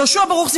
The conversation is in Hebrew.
יהושע ברוך,